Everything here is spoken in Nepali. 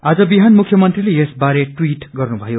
आज बिहान मुख्यमन्त्रीले यस बारेमा ट्विट गर्नुभयो